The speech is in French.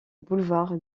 boulevard